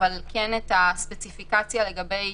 אבל כן את הספציפיקציה לגבי